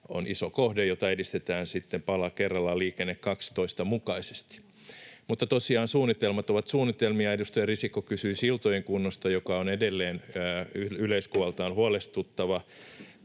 on iso kohde, jota edistetään sitten pala kerrallaan Liikenne 12:n mukaisesti. Mutta tosiaan suunnitelmat ovat suunnitelmia: edustaja Risikko kysyi siltojen kunnosta, joka on edelleen yleiskuvaltaan huolestuttava